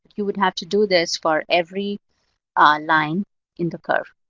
you would have to do this for every line in the curve,